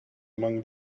among